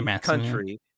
country